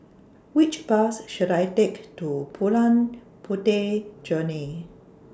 Which Bus should I Take to Puteh Jerneh